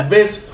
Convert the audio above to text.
Vince